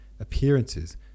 appearances